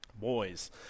boys